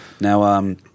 Now –